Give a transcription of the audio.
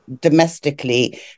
domestically